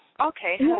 Okay